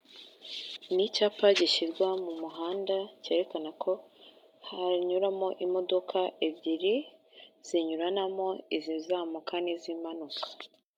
Ni icyapa gishyirwa mu muhanda kerekana ko hanyuramo imodoka ebyiri zinyuranamo izizamuka n'izimanuka.